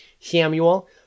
Samuel